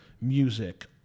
music